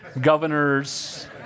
governors